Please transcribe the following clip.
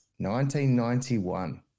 1991